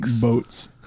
boats